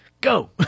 Go